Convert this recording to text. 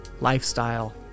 lifestyle